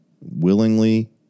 willingly